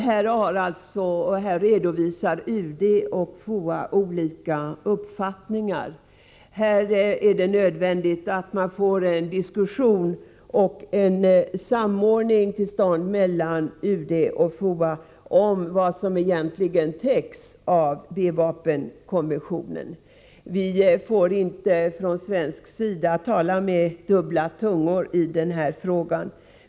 I detta avseende redovisar således UD och FOA olika uppfattningar. Det är nödvändigt att en diskussion och en samordning mellan UD och FOA kommer till stånd när det gäller frågan om vad som egentligen täcks av B-vapenkonventionen. Från svensk sida får vi inte tala med dubbel tunga i den här frågan.